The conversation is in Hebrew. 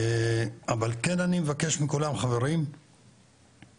אבל כן אני מבקש מכולם חברים, לקצר,